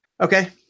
okay